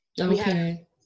Okay